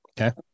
Okay